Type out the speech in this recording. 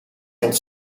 ons